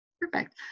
Perfect